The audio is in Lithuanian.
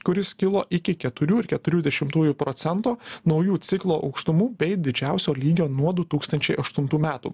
kuris kilo iki keturių ir keturių dešimtųjų procento naujų ciklo aukštumų bei didžiausio lygio nuo du tūkstančiai aštuntų metų